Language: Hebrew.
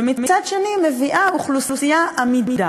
ומצד שני מביאה אוכלוסייה אמידה,